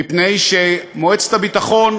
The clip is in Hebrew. מפני שמועצת הביטחון,